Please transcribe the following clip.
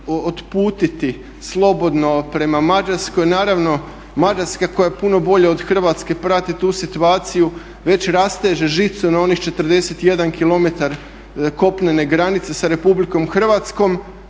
otputiti slobodno prema Mađarskoj. Naravno Mađarska koja je puno bolja od Hrvatske prati tu situaciju, već rasteže žicu na onih 41 km kopnene granice sa Republikom Hrvatskom.